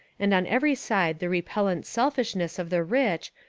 and on every side the repellent selfish ness of the rich,